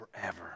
forever